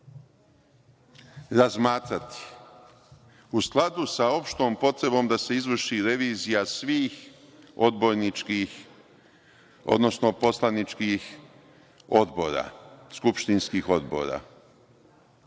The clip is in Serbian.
razmatrati u skladu sa opštom potrebom da se izvrši revizija svih poslaničkih odbora, skupštinskih odbora